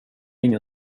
ingen